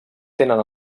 tenen